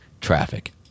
Traffic